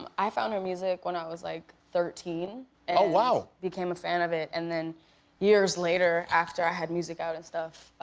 um i found her music when i was like thirteen and became a fan of it. and then years later, after i had music out and stuff,